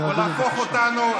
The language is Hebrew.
תתבייש לך.